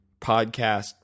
podcast